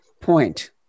point